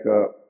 up